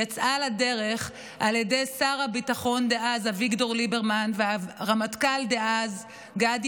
יצאה לדרך על ידי שר הביטחון דאז אביגדור ליברמן והרמטכ"ל דאז גדי